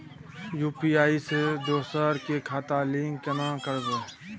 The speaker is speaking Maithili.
यु.पी.आई से दोसर के खाता लिंक केना करबे?